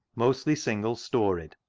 mostly single storeyed,